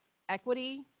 equity,